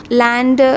land